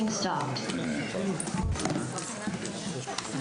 הישיבה ננעלה בשעה 14:00.